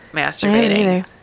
masturbating